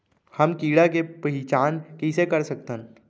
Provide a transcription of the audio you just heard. हम कीड़ा के पहिचान कईसे कर सकथन